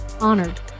honored